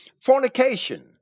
fornication